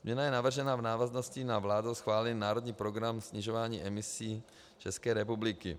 Změna je navržena v návaznosti na vládou schválený národní program snižování emisí České republiky.